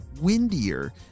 windier